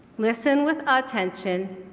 listen with attention,